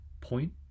point